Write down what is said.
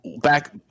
back